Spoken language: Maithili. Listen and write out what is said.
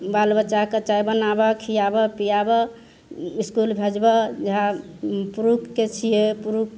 बालबच्चाके चाय बनाबऽ खिआबऽ पिआबऽ इसकुल भेजबऽ इएहा पुरुषके छियै पुरुष